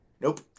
Nope